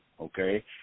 okay